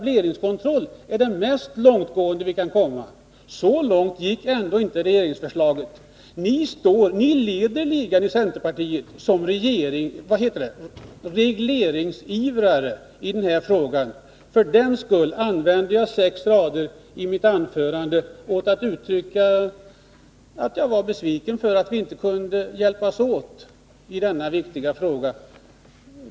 Längre än till Onsdagen den etableringskontroll kan man inte komma. Så långt sträckte sig ändå inte 23 mars 1983 regeringsförslaget. Ni inom centerpartiet leder ligan av regleringsivrare när det gäller den här frågan. För den skull använde jag sex rader i mitt anförande — Förbud under åt att uttrycka besvikelse över att vi inte kunde hjälpas åt i denna viktiga fråga.